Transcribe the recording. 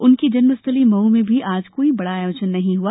उनकी जन्मस्थली मऊ में भी आज कोई बड़ा आयोजन नहीं हुआ